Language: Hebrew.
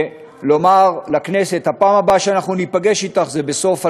ולומר לכנסת: הפעם הבאה שאנחנו ניפגש אתך זה בסוף 2018,